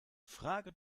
frage